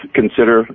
consider